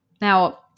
Now